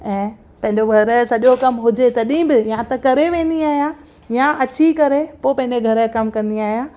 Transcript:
ऐं पंहिंजो घर जो सॼो कम हुजे तॾहिं बि या त करे वेंदी आहियां या अची करे पोइ पंहिंजे घर जो कम कंदी आहियां